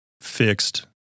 fixed